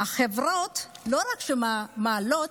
שהחברות לא רק שמעלות,